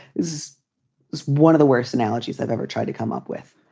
is this one of the worst analogies i've ever tried to come up with?